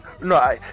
No